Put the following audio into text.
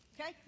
Okay